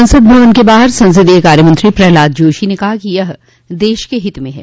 संसद भवन के बाहर संसदीय कार्यमंत्री प्रहलाद जोशी ने कहा कि यह देश के हित में है